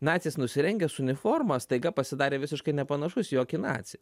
nacis nusirengęs uniformą staiga pasidarė visiškai nepanašus į jokį nacį